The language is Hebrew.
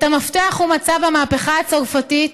את המפתח הוא מצא במהפכה הצרפתית,